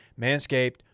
Manscaped